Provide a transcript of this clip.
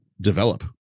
develop